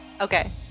Okay